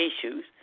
issues